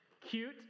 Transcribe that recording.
cute